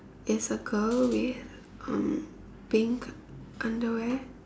is a girl with um pink underwear